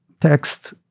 text